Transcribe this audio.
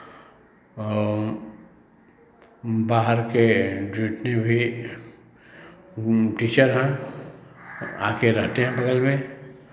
और बाहर के जितने भी टीचर हैं आ के रहते हैं बगल में